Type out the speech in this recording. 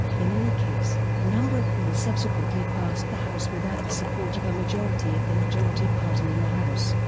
in any case, a number of bills subsequently passed the house without the support of a majority of the majority party in the house,